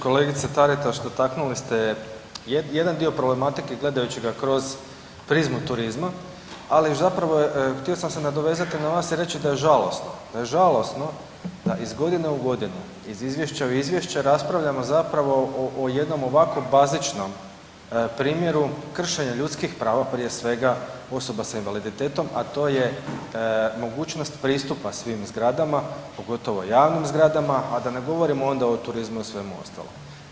Kolegice Taritaš dotaknuli ste jedan dio problematike gledajući ga kroz prizmu turizma, ali zapravo htio sam se nadovezati na vas i reći da je žalosno, da je žalosno da iz godine u godinu, iz izvješća u izvješće raspravljamo zapravo o jednom ovako bazičnom primjeru kršenja ljudskih prava prije svega osoba sa invaliditetom, a to je mogućnost pristupa svim zgradama, pogotovo javnim zgradama, a da ne govorimo onda o turizmu i svemu ostalom.